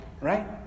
right